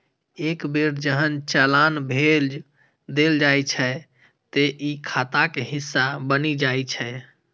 एक बेर जहन चालान भेज देल जाइ छै, ते ई खाताक हिस्सा बनि जाइ छै